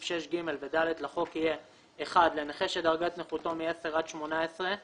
6(ג) ו-(ד) לחוק יהיה לנכה שדרגת נכותו מ-10% עד 18%